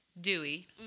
Dewey